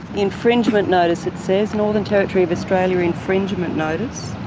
infringement notice, it says, northern territory of australia infringement notice.